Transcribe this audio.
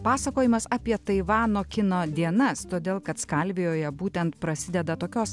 pasakojimas apie taivano kino dienas todėl kad skalvijoje būtent prasideda tokios